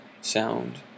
sound